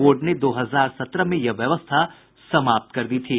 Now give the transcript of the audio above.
board ने दो हजार सत्रह में यह व्यवस्था समाप्त कर दी थी